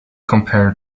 compare